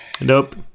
Nope